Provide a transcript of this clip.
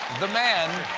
the man